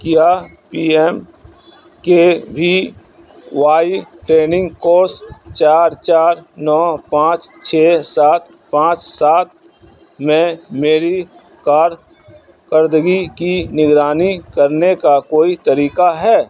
کیا P M K V Y training course چار چار نو پانچ چھ سات پانچ سات میں میری کارکردگی کی نگرانی کرنے کا کوئی طریقہ ہے